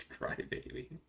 crybaby